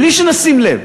בלי שנשים לב,